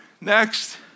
Next